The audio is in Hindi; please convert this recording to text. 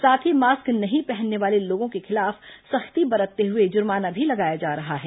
साथ ही मास्क नहीं पहनने वाले लोगों के खिलाफ सख्ती बरतते हुए जुर्माना भी लगाया जा रहा है